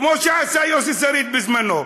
כמו שעשה יוסי שריד בזמנו,